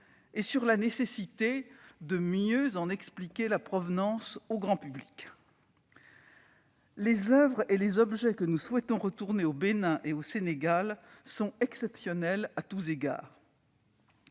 et sur la nécessité de mieux en expliquer la provenance au grand public. Les oeuvres et les objets que nous souhaitons restituer au Bénin et au Sénégal sont exceptionnels à tous égards.